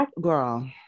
girl